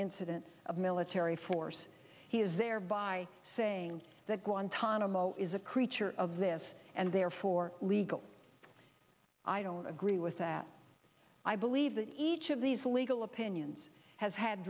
incidence of military force he is there by saying that guantanamo is a creature of this and therefore legal i don't agree with that i believe that each of these legal opinions has had